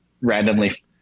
randomly